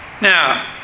Now